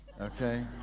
okay